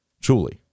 Truly